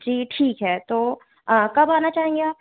जी ठीक है तो कब आना चाहेंगे आप